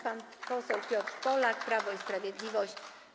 Pan poseł Piotr Polak, Prawo i Sprawiedliwość.